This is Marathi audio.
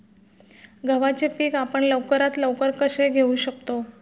गव्हाचे पीक आपण लवकरात लवकर कसे घेऊ शकतो?